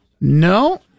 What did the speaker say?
No